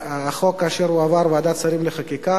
כשהחוק, כאשר הוא עבר ועדת שרים לחקיקה,